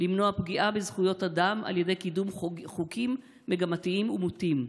למנוע פגיעה בזכויות אדם על ידי קידום חוקים מגמתיים ומוטים.